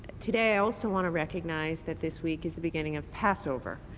today i also want to recognize that this week is the beginning of passover,